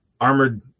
armored